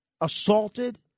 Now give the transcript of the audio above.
assaulted